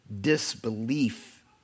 disbelief